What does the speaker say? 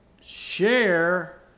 share